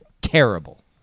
terrible